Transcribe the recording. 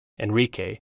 Enrique